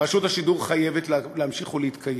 רשות השידור חייבת להמשיך ולהתקיים,